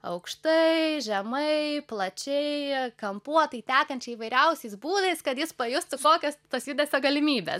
aukštai žemai plačiai kampuotai tekančiai įvairiausiais būdais kad jis pajustų kokios tos judesio galimybės